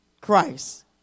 Christ